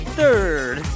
third